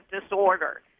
disorder